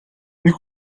нэг